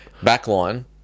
backline